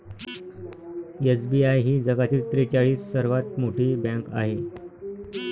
SBI ही जगातील त्रेचाळीस सर्वात मोठी बँक आहे